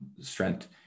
strength